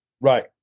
Right